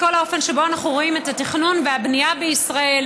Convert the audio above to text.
את כל האופן שבו אנחנו רואים את התכנון והבנייה בישראל.